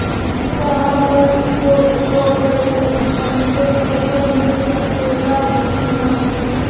साहब अगर इ बोडखो गईलतऽ हमके पैसा मिल सकेला की ना?